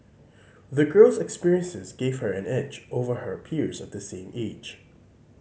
the girl's experiences gave her an edge over her peers of the same age